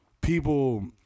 people